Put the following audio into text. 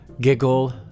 ...giggle